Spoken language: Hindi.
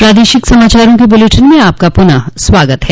प्रादेशिक समाचारों के इस बुलेटिन में आपका फिर से स्वागत है